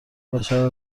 بشر